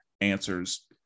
answers